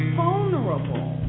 vulnerable